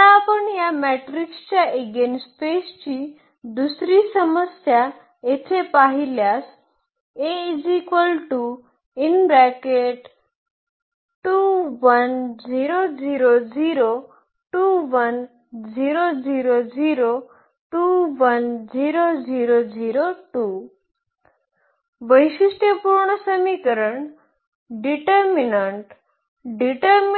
आता आपण या मॅट्रिक्सच्या ईगेनस्पेसची दुसरी समस्या येथे पाहिल्यास वैशिष्ट्यपूर्ण समीकरण इगेनव्हॅल्यूज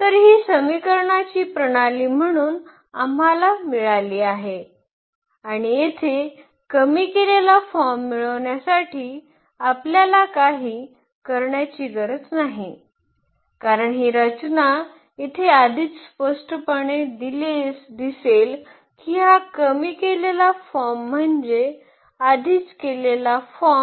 तर ही समीकरणाची प्रणाली म्हणून आम्हाला मिळाली आणि येथे कमी केलेला फॉर्म मिळविण्यासाठी आपल्याला काही करण्याची गरज नाही कारण ही रचना येथे आधीच स्पष्टपणे दिसेल की हा कमी केलेला फॉर्म म्हणजे आधीच कमी केलेला फॉर्म